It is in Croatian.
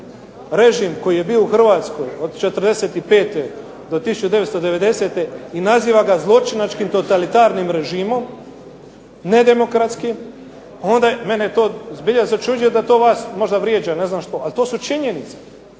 režim koji je bio u Hrvatskoj od '45. do 1990. i naziva ga zločinačkim, totalitarnim režimom nedemokratskim, onda mene zbilja začuđuje da to vas možda vrijeđa ili ne znam što, ali to su činjenice.